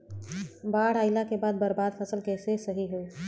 बाढ़ आइला के बाद बर्बाद फसल कैसे सही होयी?